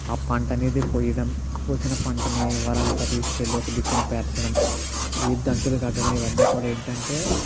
ఆ పంటనేది కోయడం కోసిన పంటని వారి అంతా తీసుకెళ్ళి ఒక దిక్కన పేర్చడం ఈ దంట్టులు కట్టడం ఇవ్వన్నీ కూడా ఏంటంటే